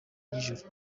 y’ijuru